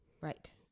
Right